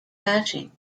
hashing